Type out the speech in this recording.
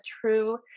true